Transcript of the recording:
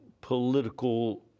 political